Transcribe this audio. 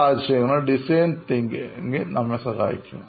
സാഹചര്യങ്ങളിൽ ഡിസൈനിംഗ് നമ്മളെ സഹായിക്കും